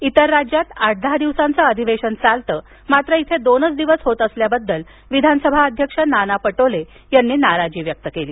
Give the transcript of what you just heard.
इतर राज्यात आठ दहा दिवसांचे अधिवेशन चालते मात्र इथे दोनच दिवस होत असल्याबाबत विधानसभा अध्यक्ष नाना पटोले यांनी नाराजी व्यक्त केली